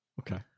Okay